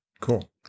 Cool